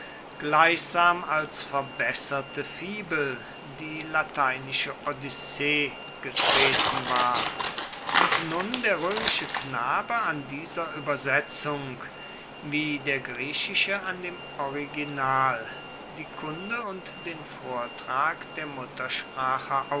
gleichsam als verbesserte fibel die lateinische odyssee getreten war und nun der römische knabe an dieser übersetzung wie der griechische an dem original die kunde und den vortrag der muttersprache